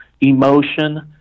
emotion